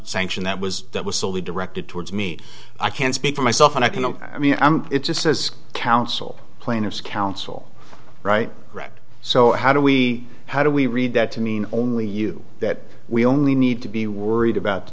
sanction that was that was solely directed towards me i can speak for myself and i can no i mean i'm just as counsel plaintiff's counsel right right so how do we how do we read that to mean only you that we only need to be worried about